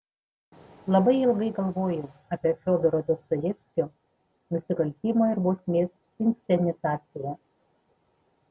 labai ilgai galvojau apie fiodoro dostojevskio nusikaltimo ir bausmės inscenizaciją